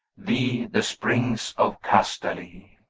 thee the springs of castaly.